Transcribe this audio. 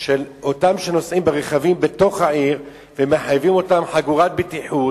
של אותם שנוסעים ברכבים בתוך העיר ומחייבים אותם לחגור חגורת בטיחות?